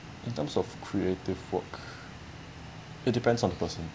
in terms of creative work it depends on the person